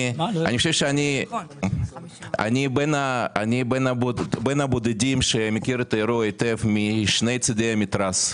אני חושב שאני בין הבודדים שמכיר את האירוע היטב משני צידי המתרס,